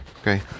okay